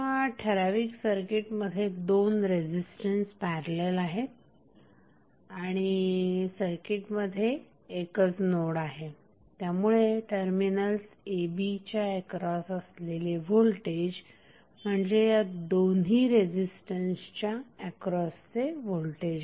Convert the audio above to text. ह्या ठराविक सर्किटमध्ये दोन्ही रेझिस्टन्स पॅरलल आहेत आणि सर्किटमध्ये एकच नोड आहे त्यामुळे टर्मिनल्स a b च्या एक्रॉस असलेले व्होल्टेज म्हणजे या दोन्ही रेझिस्टन्सच्या एक्रॉसचे व्होल्टेज आहे